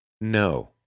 No